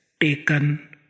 taken